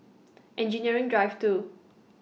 Engineering Drive two